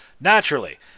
Naturally